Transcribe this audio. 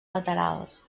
laterals